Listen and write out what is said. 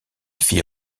fit